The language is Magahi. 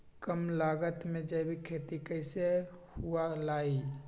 कम लागत में जैविक खेती कैसे हुआ लाई?